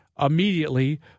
immediately